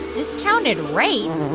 discounted rate?